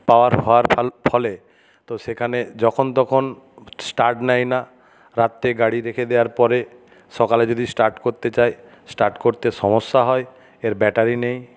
পাওয়ার ফলে তো সেখানে যখন তখন স্টার্ট নেয় না রাত্রে গাড়ি রেখে দেওয়ার পরে সকালে যদি স্টার্ট করতে চাই স্টার্ট করতে সমস্যা হয় এর ব্যাটারি নেই